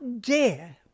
dare